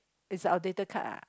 is outdated card ah